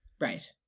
Right